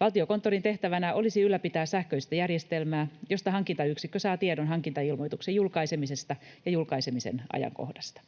Valtiokonttorin tehtävänä olisi ylläpitää sähköistä järjestelmää, josta hankintayksikkö saa tiedon hankintailmoituksen julkaisemisesta ja julkaisemisen ajankohdasta.